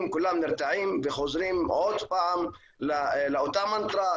כולם נרתעים וחוזרים עוד פעם לאותה מנטרה,